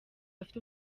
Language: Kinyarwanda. bafite